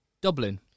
Dublin